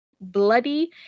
bloody